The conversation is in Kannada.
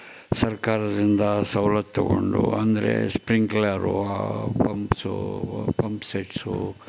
ಸರ್ಕಾರದಿಂದ ಸವಲತ್ತು ತಗೊಂಡು ಅಂದರೆ ಸ್ಪ್ರಿಂಕ್ಲರು ಪಂಪ್ಸು ಪಂಪ್ ಸೆಟ್ಸು